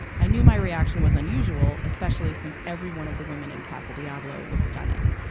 i knew my reaction was unusual, especially since every one of the women in casa diablo was stunning.